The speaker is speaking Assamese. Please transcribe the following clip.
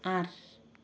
আঠ